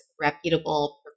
reputable